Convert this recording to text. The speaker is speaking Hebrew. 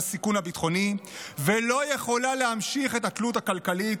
הסיכון הביטחוני ולא יכולה להמשיך את התלות הכלכלית